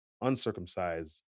uncircumcised